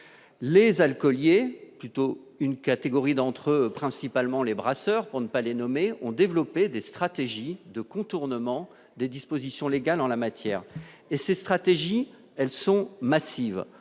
les alcooliers plutôt une catégorie d'entre eux, principalement les brasseurs pour ne pas les nommer, ont développé des stratégies de contournement des dispositions légales en la matière et cette stratégies, elles sont massives